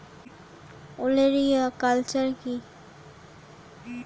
ওলেরিয়া কালচার কি?